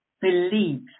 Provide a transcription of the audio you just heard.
believes